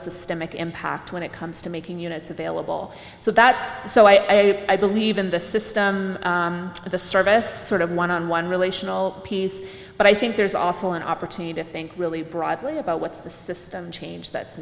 systemic impact when it comes to making units available so that's so i say i believe in the system of the service sort of one on one relational piece but i think there's also an opportunity to think really broadly about what's the system change that's